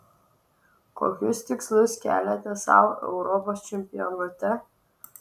kokius tikslus keliate sau europos čempionate